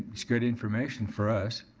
it's good information for us.